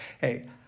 hey